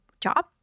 job